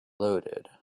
loaded